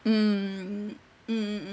mm mm mm mm